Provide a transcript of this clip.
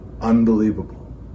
unbelievable